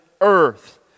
earth